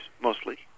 mostly